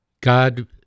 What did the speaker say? God